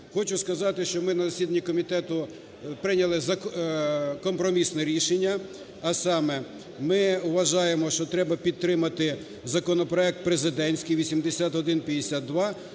Хочу сказати, що ми на засіданні комітету прийняли компромісне рішення, а саме ми вважаємо, що треба підтримати законопроект президентський 8152